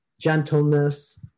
gentleness